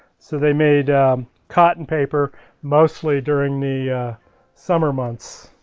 so they made cotton paper mostly during the summer months.